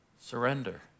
surrender